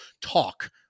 talk